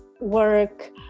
work